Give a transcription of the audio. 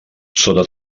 sota